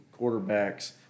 quarterbacks